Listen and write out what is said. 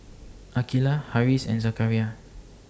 Aqeelah Harris and Zakaria